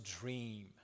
dream